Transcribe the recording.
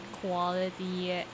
quality